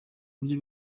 buryo